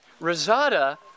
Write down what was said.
Rosada